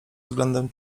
względem